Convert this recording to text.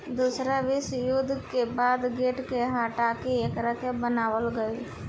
दूसरा विश्व युद्ध के बाद गेट के हटा के एकरा के बनावल गईल